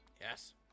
Yes